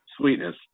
Sweetness